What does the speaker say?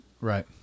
Right